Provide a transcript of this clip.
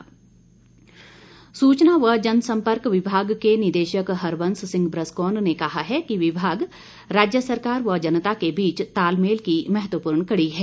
DPR सूचना व जनसम्पर्क विभाग के निदेशक हरबंस सिंह ब्रसकोन ने कहा है कि विभाग राज्य सरकार व जनता के बीच तालमेल की महत्वपूर्ण कड़ी है